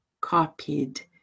copied